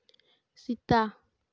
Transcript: ᱥᱮᱛᱟ